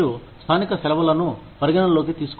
మీరు స్థానిక సెలవులను పరిగణనలోకి తీసుకోవాలి